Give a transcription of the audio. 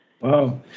Wow